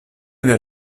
del